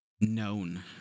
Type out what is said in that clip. known